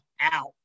out